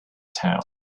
town